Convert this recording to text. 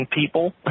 people